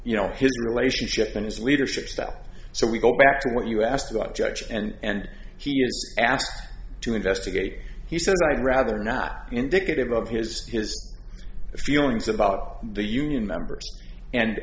you know his relationship and his leadership style so we go back to what you asked about judge and he is asked to investigate he said i'd rather not indicative of his his feelings about the union members and